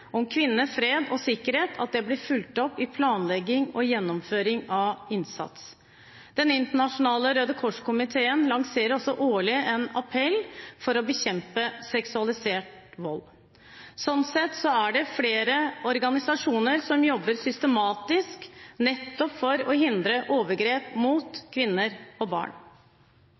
om kvinner, fred og sikkerhet, blir fulgt opp gjennom planlegging og gjennomføring av innsatsen. Den internasjonale Røde Kors-komiteen lanserer årlig en appell for å bekjempe seksualisert vold. Sånn sett er det flere organisasjoner som jobber systematisk nettopp for å hindre overgrep mot kvinner og barn.